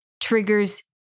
triggers